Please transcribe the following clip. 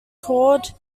called